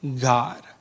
God